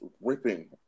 ripping